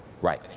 Right